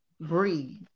breathe